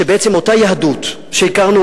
שבעצם אותה יהדות שהכרנו,